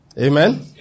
Amen